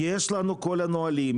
יש לנו את כל הנהלים,